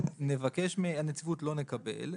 נבקש מהנציבות ולא נקבל,